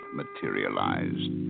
materialized